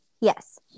Yes